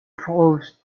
proved